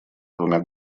двумя